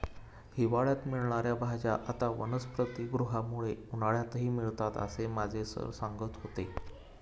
हिवाळ्यात मिळणार्या भाज्या आता वनस्पतिगृहामुळे उन्हाळ्यातही मिळतात असं माझे सर सांगत होते